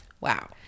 Wow